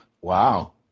Wow